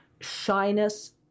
shyness